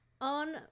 on